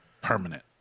permanent